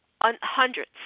hundreds